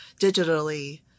digitally